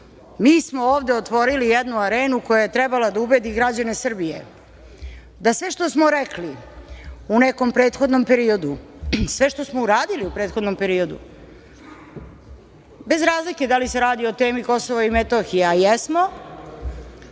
mi smo ovde otvorili jednu arenu koja je trebala da ubedi građane Srbije da sve što smo rekli u nekom prethodnom periodu, sve što smo uradili u prethodnom periodu, bez razlike da li se radi o temi Kosova i Metohije, a jesmo,